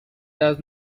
does